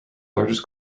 largest